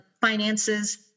finances